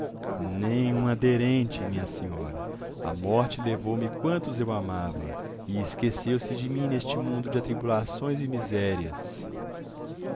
nem um aderente minha senhora a morte levou-me quantos eu amava e esqueceu-se de mim neste mundo de atribulações e misérias